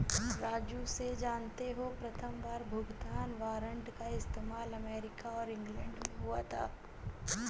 राजू से जानते हो प्रथमबार भुगतान वारंट का इस्तेमाल अमेरिका और इंग्लैंड में हुआ था